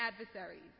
adversaries